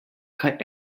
kaj